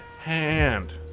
hand